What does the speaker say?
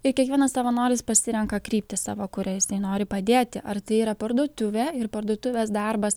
ir kiekvienas savanoris pasirenka kryptį savo kurią nori padėti ar tai yra parduotuvė ir parduotuvės darbas